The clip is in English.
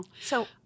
So-